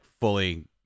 fully